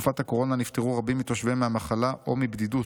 בתקופת הקורונה נפטרו רבים מתושביהם מהמחלה או מבדידות,